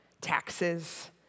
taxes